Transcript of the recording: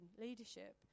leadership